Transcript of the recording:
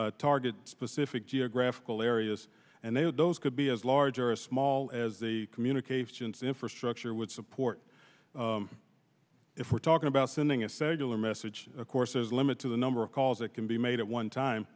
target specific geographical areas and they would those could be as large or small as the communications infrastructure would support if we're talking about sending a cellular message of course there's a limit to the number of calls that can be made at one time